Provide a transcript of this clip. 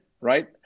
right